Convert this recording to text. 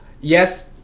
yes